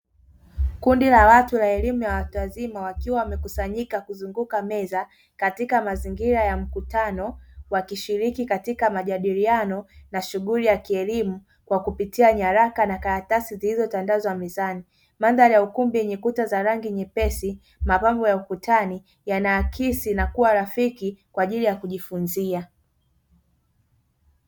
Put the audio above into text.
Kundi la watu la elimu ya watu wazima wakiwa wamekusanyika kuzunguka meza katika mazingira ya mkutano wakishiriki katika majadiliano na shughuli ya kielimu kwa kupitia nyaraka na karatasi zilizotandazwa mezani. Mandhari ya ukumbi nyenye kuta za rangi nyepesi, mapambo ya ukutani yanaakisi na kuwa rafiki kwa ajili ya kujifunzia.